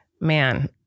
man